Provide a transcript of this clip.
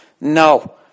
No